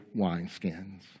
wineskins